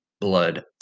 blood